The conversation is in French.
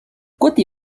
côté